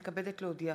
להודיעכם,